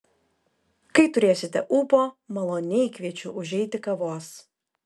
kai turėsite ūpo maloniai kviečiu užeiti kavos